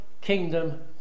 kingdom